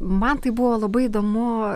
man tai buvo labai įdomu